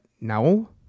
no